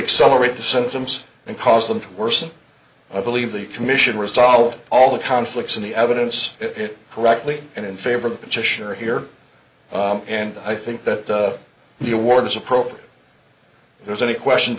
accelerate the symptoms and cause them to worsen i believe the commission resolved all the conflicts in the evidence it correctly and in favor of cesure here and i think that the award as appropriate there's any questions